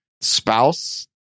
spouse